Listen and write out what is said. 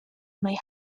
may